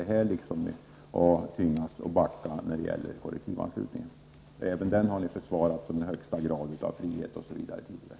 Ni har ju tidigare tvingats backa när det gäller kollektivanslutningen. Även den har ni försvarat med uttalanden om högsta grad av frihet osv.